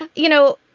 you know,